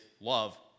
love